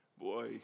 Boy